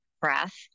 breath